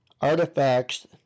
artifacts